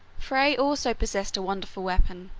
frey also possessed a wonderful weapon,